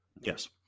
Yes